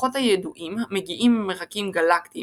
- הכוחות הידועים המגיעים ממרחקים גלקטיים